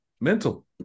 mental